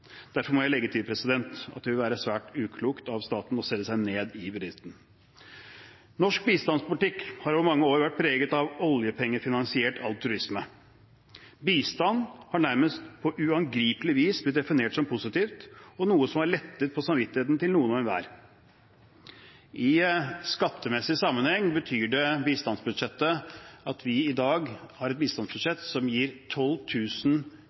Derfor må jeg legge til at det vil være svært uklokt av staten å selge seg ned i bedriften. Norsk bistandspolitikk har over mange år vært preget av oljepengefinansiert altruisme. Bistand har nærmest på uangripelig vis blitt definert som positivt og noe som har lettet på samvittigheten til noen hver. I skattemessig sammenheng har vi i dag et bistandsbudsjett som gir